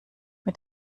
mit